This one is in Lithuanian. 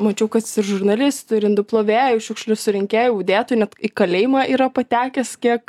mačiau kad jis ir žurnalistu ir indų plovėju šiukšlių surinkėju budėtoju net į kalėjimą yra patekęs kiek